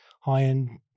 high-end